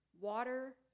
Water